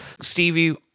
Stevie